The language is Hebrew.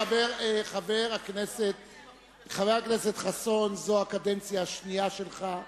חבר הכנסת חסון, זו הקדנציה השנייה שלך.